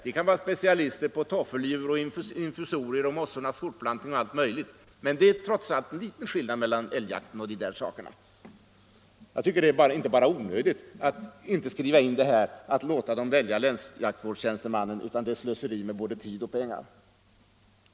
Det kan vara specialister på toffeldjur, infusorier, mossornas fortplantning och allt möjligt, men det är trots allt en skillnad mellan älgjakten och de där sakerna. Att inte låta länsstyrelserna anlita länsjaktvårdstjänstemännen är inte bara onödigt utan det är slöseri med både tid och pengar.